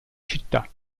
città